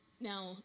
Now